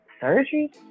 surgery